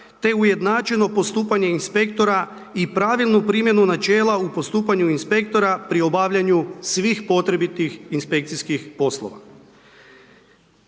te ujednačeno postupanje inspektora i pravilnu primjenu načela u postupanju inspektora pri obavljanju svih potrebitih inspekcijskih poslova.